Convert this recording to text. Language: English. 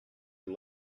and